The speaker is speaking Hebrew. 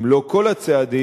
אם לא כל הצעדים,